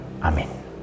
amen